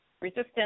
resistance